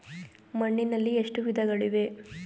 ಮಣ್ಣಿನಲ್ಲಿ ಎಷ್ಟು ವಿಧಗಳಿವೆ?